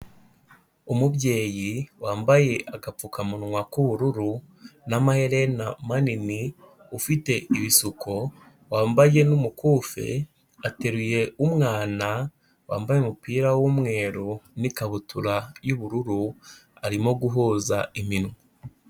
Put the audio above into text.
Umubyeyi wambaye agapfukamunwa k'ubururu n'amaherena manini, ufite ibisuko, wambaye n'umukufe, ateruye umwana wambaye umupira w'umweru n'ikabutura y'ubururu, arimo guhuza iminwa.